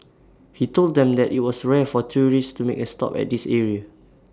he told them that IT was rare for tourists to make A stop at this area